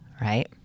Right